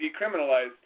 decriminalized